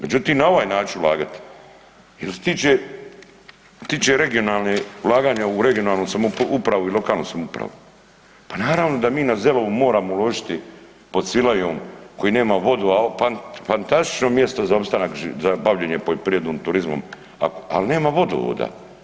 Međutim, na ovaj način ulagati i što se tiče regionalne, ulaganje u regionalnu upravu i lokalnu samoupravu, pa naravno da mi na Zelovu moramo uložiti pod Svilajom koji nemaju vodu, a fantastično mjesto za opstanak, za bavljenje poljoprivrednom, turizmom, ali nema vodovoda.